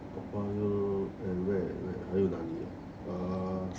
toa payoh and where and where 还有哪里啊 err